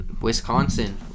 Wisconsin